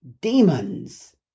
demons